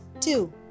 two